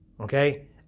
okay